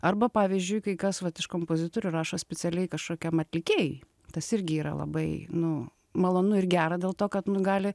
arba pavyzdžiui kai kas vat iš kompozitorių rašo specialiai kažkokiam atlikėjui tas irgi yra labai nu malonu ir gera dėl to kad gali